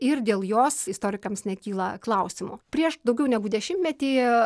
ir dėl jos istorikams nekyla klausimų prieš daugiau negu dešimtmetį